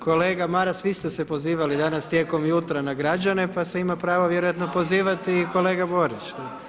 Kolega Maras vi ste se pozivali danas tijekom jutra na građane pa se ima pravo vjerojatno pozivati i kolega Borić.